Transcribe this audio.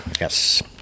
Yes